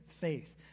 faith